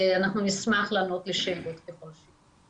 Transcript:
נשמח לענות על שאלות ככל שיהיו.